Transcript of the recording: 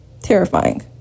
terrifying